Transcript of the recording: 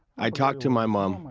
i talked to my mum,